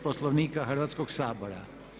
Poslovnika Hrvatskog sabora.